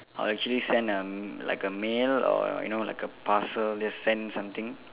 I'll actually send a like a mail or you know like a parcel just send something